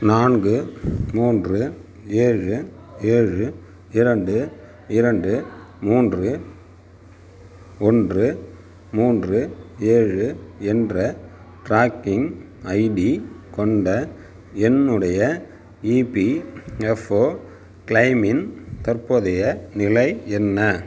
நான்கு மூன்று ஏழு ஏழு இரண்டு இரண்டு மூன்று ஒன்று மூன்று ஏழு என்ற ட்ராக்கிங் ஐடி கொண்ட என்னுடைய இபிஎஃப்ஓ க்ளைமின் தற்போதைய நிலை என்ன